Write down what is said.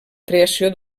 creació